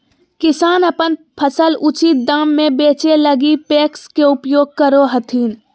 किसान अपन फसल उचित दाम में बेचै लगी पेक्स के उपयोग करो हथिन